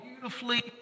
beautifully